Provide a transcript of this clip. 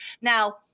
Now